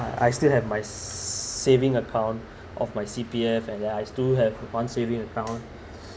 uh I still have my saving account of my C_P_F and I still have one saving account